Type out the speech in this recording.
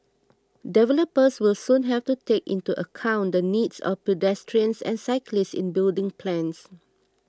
developers will soon have to take into account the needs of pedestrians and cyclists in building plans